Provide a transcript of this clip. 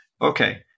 Okay